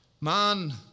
Man